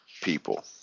people